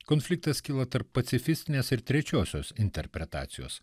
konfliktas kyla tarp pacifistinės ir trečiosios interpretacijos